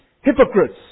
hypocrites